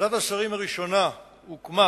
ועדת השרים הראשונה הוקמה